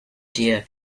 dear